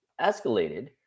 escalated